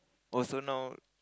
oh so now